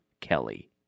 Kelly